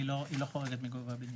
היא לא חורגת מגובה הבנין.